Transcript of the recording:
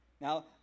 Now